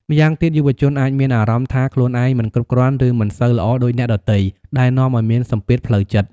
ម្យ៉ាងទៀតយុវជនអាចមានអារម្មណ៍ថាខ្លួនឯងមិនគ្រប់គ្រាន់ ឬមិនសូវល្អដូចអ្នកដទៃ ដែលនាំឲ្យមានសម្ពាធផ្លូវចិត្ត។